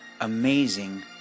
amazing